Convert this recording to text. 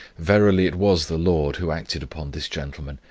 verily it was the lord who acted upon this gentleman,